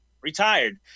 retired